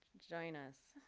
join us.